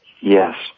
Yes